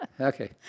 Okay